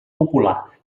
popular